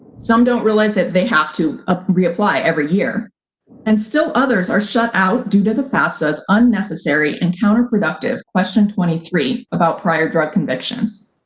some don't realize that they have to ah reapply every year and still others are shut out due to the fafsa's unnecessary and counterproductive question twenty three, about prior drug convictions,